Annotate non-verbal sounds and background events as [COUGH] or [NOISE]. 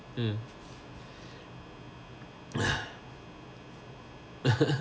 mm [BREATH]